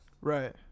right